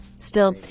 still,